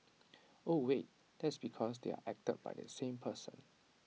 oh wait that's because they're acted by the same person